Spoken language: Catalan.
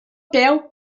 peu